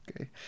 Okay